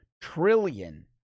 trillion